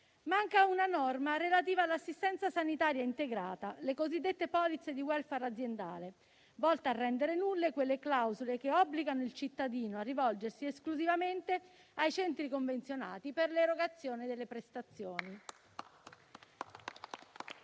Manca una norma relativa all'assistenza sanitaria integrata, le cosiddette polizze di *welfare* aziendale, volte a rendere nulle quelle clausole che obbligano il cittadino a rivolgersi esclusivamente ai centri convenzionati per l'erogazione delle prestazioni.